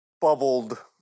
bubbled